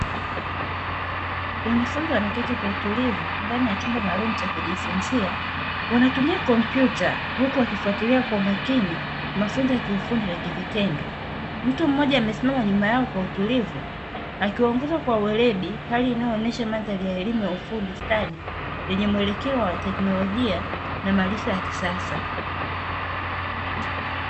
Wanafunzi wameketi kwa utulivu ndani ya chumba maalumu cha kujifunzia, wanatumia kompyuta huku wakifatilia kwa umakini mafunzo ya kiufundi na kivitendo. Mtu mmoja amesimama nyuma yao kwa utulivu akiwaongoza kwa uweredi, hali inayoonesha mandhari ya elimu ya ufundi stadi yenye muelekeo wa teknolojia na maarifa ya kisasa.